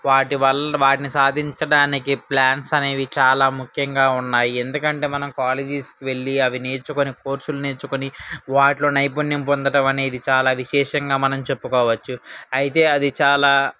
వాటి వల్ల వాటిని సాధించడానికి ప్లాన్స్ అనేవి చాలా ముఖ్యంగా ఉన్నాయి ఎందుకంటే మనం కాలేజీస్కి వెళ్ళి అవి నేర్చుకొని కోర్సులు నేర్చుకొని వాటిలో నైపుణ్యం పొందడమనేది చాలా విశేషంగా మనం చెప్పుకోవచ్చు అయితే అది చాలా